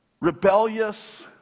rebellious